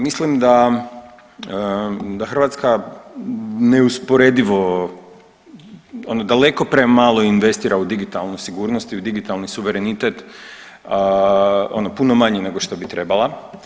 Mislim da Hrvatska neusporedivo, ono daleko premalo investira u digitalnu sigurnost i u digitalni suverenitet, ono puno manje nego što bi trebala.